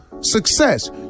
success